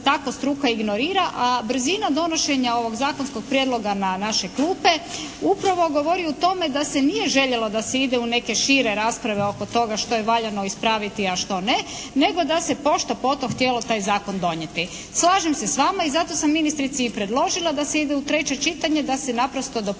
tako struka ignorira a brzina donošenja ovog zakonskog prijedloga na naše klupe upravo govori o tome da se nije željelo da se ide u neke šire rasprave oko toga što je valjano ispraviti a što ne nego da se pošto poto htjelo taj zakon donijeti. Slažem se s vama i zato sam ministrici predložila da se ide u treće čitanje da se naprosto dopusti